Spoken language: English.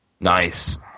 nice